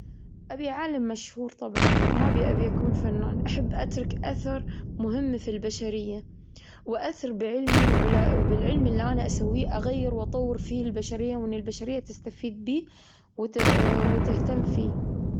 أبي عالم مشهور طبعا، ما أبي-أبي أكون فنان. أحب أترك أثر مهم في البشرية وأثر بعلمي وبالعلم اللي أنا أسويه. أغير وأطور فيه البشرية، و إنه البشرية تستفيد بيه وت-وتهتم فيه.